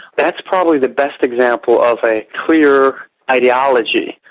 that's probably the best example of a clear ideology.